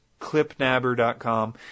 clipnabber.com